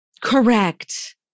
Correct